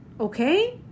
okay